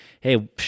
Hey